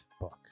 book